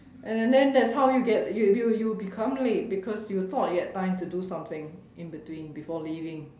and then then that's how you you you become late because you thought you had time to do something in between before leaving